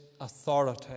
authority